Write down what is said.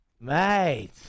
mate